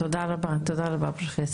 תודה רבה, פרופ'.